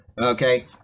Okay